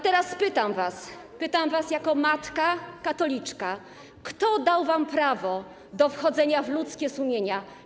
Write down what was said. Teraz pytam was, pytam was jako matka katoliczka, kto dał wam prawo do wchodzenia w ludzkie sumienia?